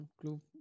Club